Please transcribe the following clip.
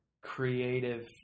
creative